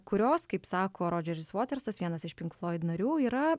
kurios kaip sako rodžeris votersas vienas iš pink floid narių yra